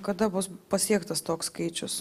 kada bus pasiektas toks skaičius